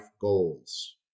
goals